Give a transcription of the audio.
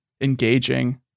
engaging